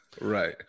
right